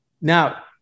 Now